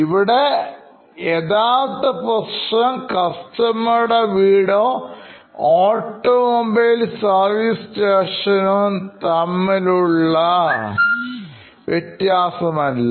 ഇവിടെ യഥാർത്ഥ പ്രശ്നം കസ്റ്റമറുടെ വീടും ഓട്ടോമൊബൈൽസർവീസ് സ്റ്റേഷൻ ഇവ തമ്മിലുള്ള വ്യത്യാസം അല്ല